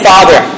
Father